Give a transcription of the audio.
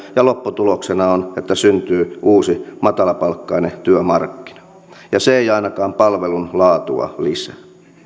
ja lopputuloksena on että syntyy uusi matalapalkkainen työmarkkina ja se ei ainakaan palvelun laatua lisää